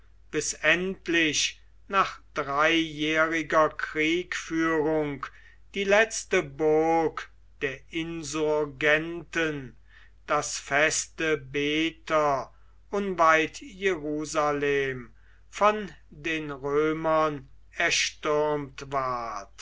bis endlich nach dreijähriger kriegführung die letzte burg der insurgenten das feste bether unweit jerusalem von den römern erstürmt ward